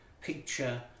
picture